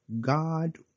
God